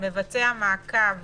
מבצע מעקב